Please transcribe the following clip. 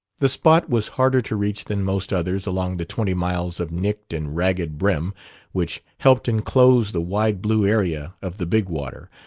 the spot was harder to reach than most others along the twenty miles of nicked and ragged brim which helped enclose the wide blue area of the big water,